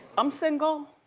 i'm single.